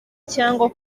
cyangwa